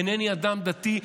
אינני אדם דתי,